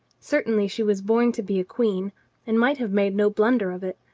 certainly she was born to be a queen and might have made no blunder of it.